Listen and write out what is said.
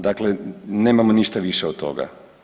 Dakle, nemamo ništa više od toga.